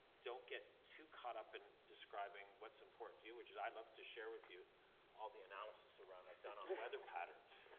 don't get too caught up in describing what's important to you, which is i love to share with you all the analysis around i've done on weather patterns,